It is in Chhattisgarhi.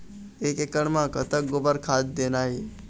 एक एकड़ म कतक गोबर खाद देना ये?